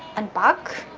and back